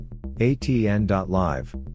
ATN.live